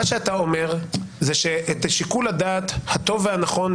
מה שאתה אומר זה שאת שיקול הדעת הטוב והנכון,